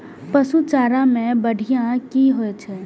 पशु चारा मैं बढ़िया की होय छै?